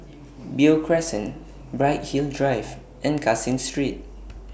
Beo Crescent Bright Hill Drive and Caseen Street